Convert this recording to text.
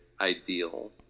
ideal